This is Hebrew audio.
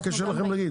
למה קשה לכם להגיד?